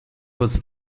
was